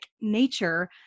nature